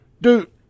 Dude